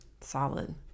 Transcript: Solid